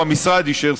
או המשרד אישר,